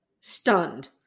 Stunned